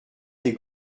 des